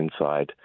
inside